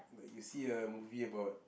like you see a movie about